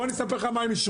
אני אספר לך מה הם אישרו.